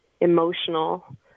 emotional